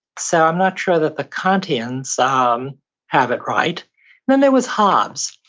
so, i'm not sure that the kantians um have it right then there was hobbes.